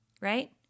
right